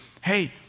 hey